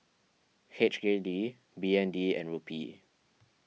H K D B N D and Rupee